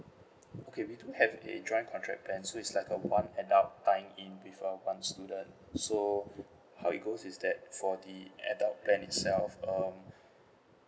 okay we do have a joint contract plan so is like a one adult tying in with a one student so how it goes is that for the adult plan itself um